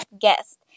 guest